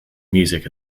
music